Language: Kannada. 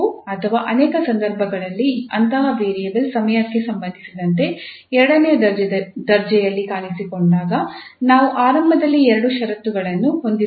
ಅಥವಾ ಅನೇಕ ಸಂದರ್ಭಗಳಲ್ಲಿ ಅಂತಹ ವೇರಿಯೇಬಲ್ ಸಮಯಕ್ಕೆ ಸಂಬಂಧಿಸಿದಂತೆ ಎರಡನೇ ದರ್ಜೆಯಲ್ಲಿ ಕಾಣಿಸಿಕೊಂಡಾಗ ನಾವು ಆರಂಭದಲ್ಲಿ ಎರಡು ಷರತ್ತುಗಳನ್ನು ಹೊಂದಿರಬೇಕು